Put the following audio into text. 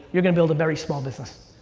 you're gonna build a very small business.